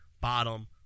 bottom